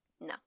no